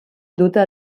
duta